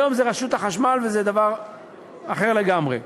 היום זה רשות החשמל, וזה דבר אחר לגמרי.